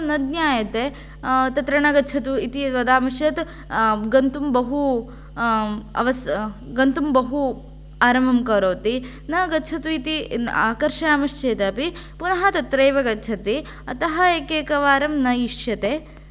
न ज्ञायते तत्र न गच्छतु इति यद्वदामश्चेत् गन्तुम् बहु अवस गन्तुं बहु आरम्भं करोति न गच्छ्तु इति आकर्षयामश्चेदपि पुनः तत्रैव गच्छति अतः एकैकवारं न इष्यते